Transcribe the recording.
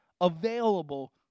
available